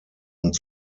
und